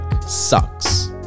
sucks